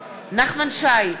נחמן שי,